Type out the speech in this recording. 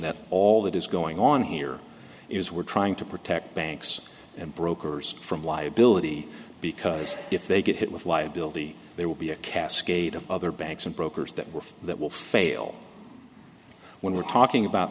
that all that is going on here is we're trying to protect banks and brokers from liability because if they get hit with liability there will be a cascade of other banks and brokers that were that will fail when we're talking about